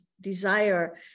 desire